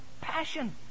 passion